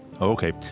Okay